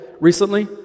recently